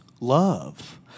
love